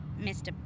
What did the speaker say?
Mr